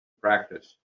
practice